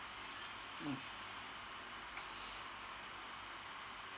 mm